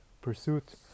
pursuit